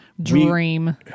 dream